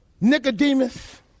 Nicodemus